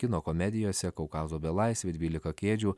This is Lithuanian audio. kino komedijose kaukazo belaisvė dvylika kėdžių